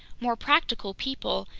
more practical people,